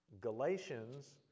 Galatians